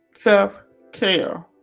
self-care